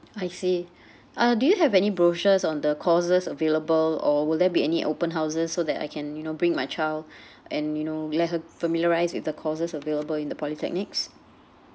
I see uh do you have any brochures on the courses available or will there be any open houses so that I can you know bring my child and you know let her familiarise with the courses available in the polytechnics